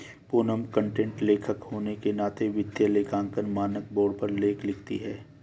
Poonam content लेखक होने के नाते वित्तीय लेखांकन मानक बोर्ड पर लेख लिखती है